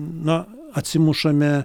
na atsimušame